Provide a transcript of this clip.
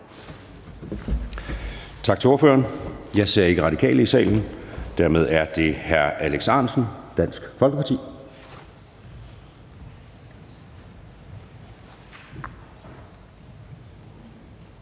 Tak til ordføreren. Jeg ser ikke Radikale i salen. Dermed er det hr. Alex Ahrendtsen, Dansk Folkeparti.